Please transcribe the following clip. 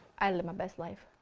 i live my best life.